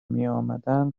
میآمدند